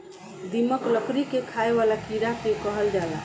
दीमक, लकड़ी के खाए वाला कीड़ा के कहल जाला